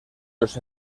los